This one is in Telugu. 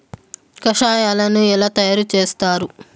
కషాయాలను ఎలా తయారు చేస్తారు?